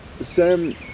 Sam